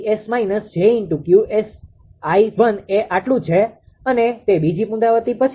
તેથી 𝑃𝑠 −𝑗𝑄𝑠 એ આટલું છે અને તે બીજી પુનરાવૃત્તિ પછી છે